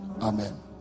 amen